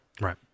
Right